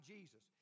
Jesus